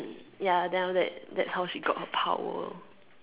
ya then that that's how she got her power